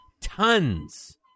tons